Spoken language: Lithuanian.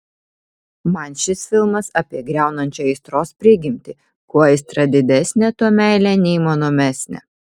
man šis filmas apie griaunančią aistros prigimtį kuo aistra didesnė tuo meilė neįmanomesnė